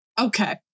Okay